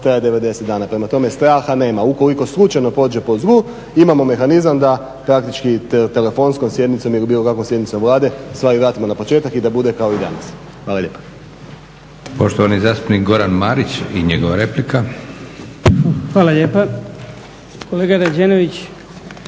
traje 90 dana. Prema tome, straha nema. Ukoliko slučajno pođe po zlu imamo mehanizam da praktički telefonskom sjednicom ili bilo kakvom sjednicom Vlade stvari vratimo na početak i da bude kao i danas. Hvala lijepa. **Leko, Josip (SDP)** Poštovani zastupnik Goran Marić i njegova replika. **Marić, Goran